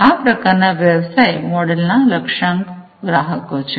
આ પ્રકારના વ્યવસાય મોડેલના લક્ષયાંક ગ્રાહકો છે